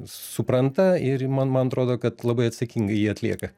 supranta ir ji man man atrodo kad labai atsakingai jį atlieka